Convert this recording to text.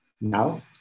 Now